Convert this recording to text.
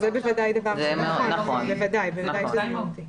בוודאי שזה מהותי.